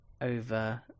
over